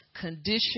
condition